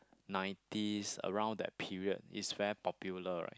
nineties around that period it's very popular right